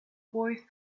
boy